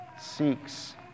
seeks